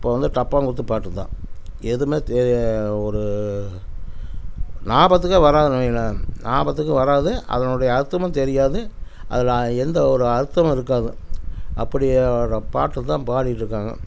இப்போது வந்து டப்பாங்குத்து பாட்டுதான் எதுவும் ஒரு ஞாபகத்துக்து வராதுங்க ஞாபகத்துக்கு வராது அதனுடைய அர்த்தமும் தெரியாது அதில் எந்த ஒரு அர்த்தமும் இருக்காது அப்படியான பாட்டு தான் பாடிட்டுருக்காங்க